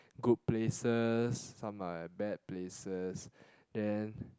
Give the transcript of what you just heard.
good places some are at bad places then